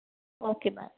okay bye